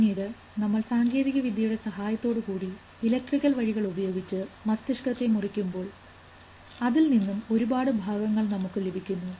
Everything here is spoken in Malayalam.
പിന്നീട് നമ്മൾ സാങ്കേതികവിദ്യയുടെ സഹായത്തോടെ കൂടി ഇലക്ട്രിക്കൽ വഴികൾ ഉപയോഗിച്ച് മസ്തിഷ്കത്തെ മുറിക്കുമ്പോൾ അപ്പോൾ അതിൽ നിന്നും ഒരുപാട് ഭാഗങ്ങൾ നമുക്ക് കാണാൻ കഴിയുന്നു